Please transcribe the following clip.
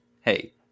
hey